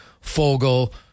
Fogle